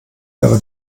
wäre